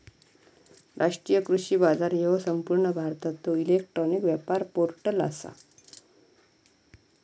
राष्ट्रीय कृषी बाजार ह्यो संपूर्ण भारतातलो इलेक्ट्रॉनिक व्यापार पोर्टल आसा